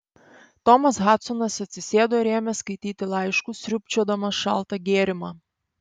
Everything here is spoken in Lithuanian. tomas hadsonas atsisėdo ir ėmė skaityti laiškus sriubčiodamas šaltą gėrimą